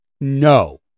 No